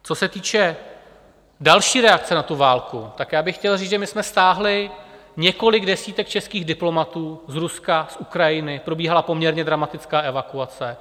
Co se týče další reakce na tu válku, tak bych chtěl říct, že jsme stáhli několik desítek českých diplomatů z Ruska, z Ukrajiny, probíhala poměrně dramatická evakuace.